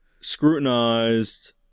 scrutinized